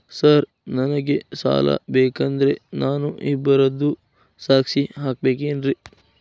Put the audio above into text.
Sir ನನಗೆ ಸಾಲ ಬೇಕಂದ್ರೆ ನಾನು ಇಬ್ಬರದು ಸಾಕ್ಷಿ ಹಾಕಸಬೇಕೇನ್ರಿ?